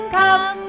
come